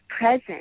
present